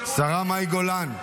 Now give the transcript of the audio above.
השרה מאי גולן.